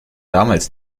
damals